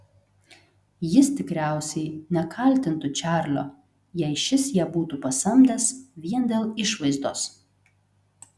jis tikriausiai nekaltintų čarlio jei šis ją būtų pasamdęs vien dėl išvaizdos